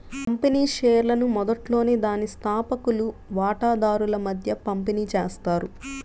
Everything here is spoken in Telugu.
కంపెనీ షేర్లను మొదట్లోనే దాని స్థాపకులు వాటాదారుల మధ్య పంపిణీ చేస్తారు